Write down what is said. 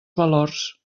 valors